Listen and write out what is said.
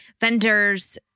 vendors